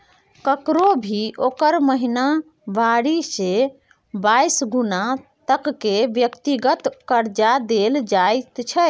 ककरो भी ओकर महिनावारी से बाइस गुना तक के व्यक्तिगत कर्जा देल जाइत छै